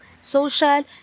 social